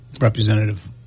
Representative